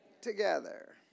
Together